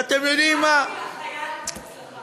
ואתם יודעים מה, איחלתי, הצלחה.